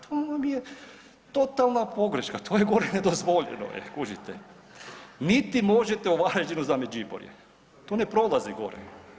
To vam je totalna pogreška, to je gore nedozvoljeno, kužite, niti možete u Varaždinu za Međimurje, to ne prolazi gore.